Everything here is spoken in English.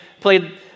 played